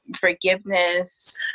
forgiveness